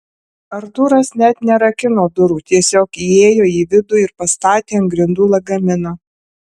artūras net nerakino durų tiesiog įėjo į vidų ir pastatė ant grindų lagaminą